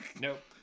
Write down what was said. Nope